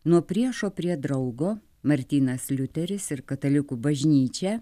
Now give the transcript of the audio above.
nuo priešo prie draugo martynas liuteris ir katalikų bažnyčia